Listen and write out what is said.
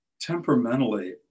temperamentally